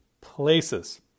places